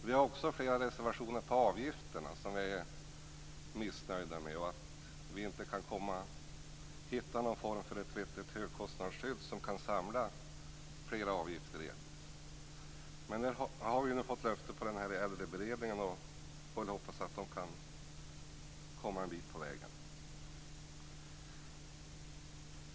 Vi har också flera reservationer om avgifterna, som vi är missnöjda med, och om att vi inte har funnit någon form för ett vettigt högkostnadsskydd som kan samla flera avgifter i en. Men vi har nu fått ett löfte om en äldreberedning, så vi får hoppas att den kan komma en bit på vägen.